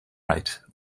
right